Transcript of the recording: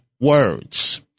words